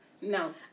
No